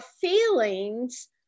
feelings